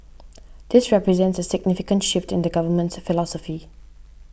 this represents significant shift in the Government's philosophy